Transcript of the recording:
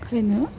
ओंखायनो